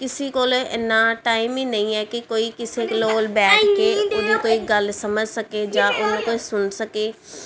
ਕਿਸੀ ਕੋਲ ਇੰਨਾ ਟਾਈਮ ਹੀ ਨਹੀਂ ਹੈ ਕਿ ਕੋਈ ਕਿਸੇ ਕੋਲ ਬੈਠ ਕੇ ਉਹਦੀ ਕੋਈ ਗੱਲ ਸਮਝ ਸਕੇ ਜਾਂ ਉਹਨੂੰ ਕੋਈ ਸੁਣ ਸਕੇ